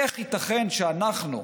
איך ייתכן שאנחנו,